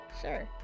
sure